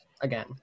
again